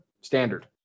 standard